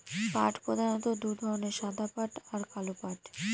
পাট প্রধানত দু ধরনের সাদা পাট আর কালো পাট